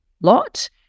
lot